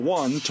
one